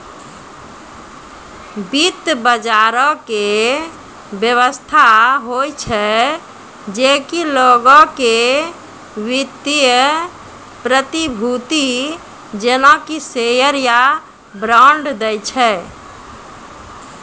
वित्त बजारो के व्यवस्था होय छै जे कि लोगो के वित्तीय प्रतिभूति जेना कि शेयर या बांड दै छै